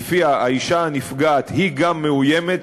שלפיה האישה הנפגעת היא גם מאוימת,